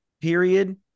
period